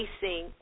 facing